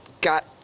got